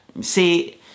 see